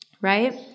right